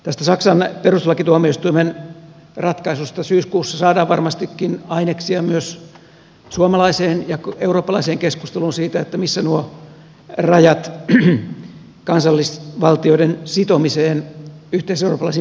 tästä saksan perustuslakituomioistuimen ratkaisusta syyskuussa saadaan varmastikin aineksia myös suomalaiseen ja eurooppalaiseen keskusteluun siitä missä nuo rajat kansallisvaltioiden sitomiseen yhteiseurooppalaisiin pelastuspaketteihin kulkevat